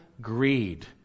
greed